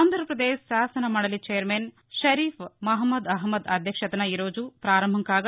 ఆంధ్రప్రదేశ్ శాసన మండలి చైర్మన్ షరీఫ్ మహ్మద్ అహ్నద్ అధ్యక్షతన ఈరోజు ప్రారంభం కాగా